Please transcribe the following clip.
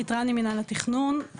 מיכל מטרני, מינהל התכנון.